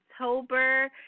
October